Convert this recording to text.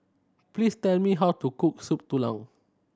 please tell me how to cook Soup Tulang